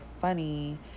funny